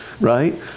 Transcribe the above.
right